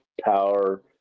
power